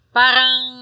parang